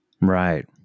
Right